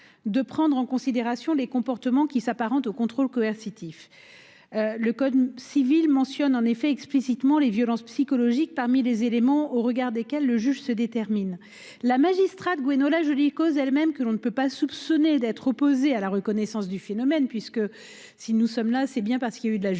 de prendre en considération les comportements s’apparentant au contrôle coercitif. Le code civil mentionne explicitement les violences psychologiques parmi les éléments au regard desquels le juge se détermine. La magistrate Gwenola Joly Coz elle même, que l’on ne saurait soupçonner d’être opposée à la reconnaissance du phénomène – si nous sommes réunis aujourd’hui, en effet,